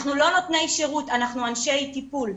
אנחנו לא נותני שירות, אנחנו אנשי טיפול.